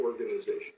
organization